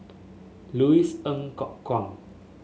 Louis Ng Kok Kwang